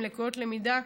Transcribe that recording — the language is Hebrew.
עם לקויות למידה,